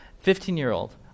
Fifteen-year-old